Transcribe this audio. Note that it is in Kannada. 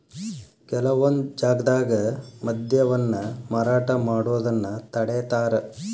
ಕೆಲವೊಂದ್ ಜಾಗ್ದಾಗ ಮದ್ಯವನ್ನ ಮಾರಾಟ ಮಾಡೋದನ್ನ ತಡೇತಾರ